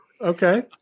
Okay